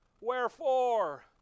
Wherefore